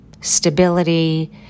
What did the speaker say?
stability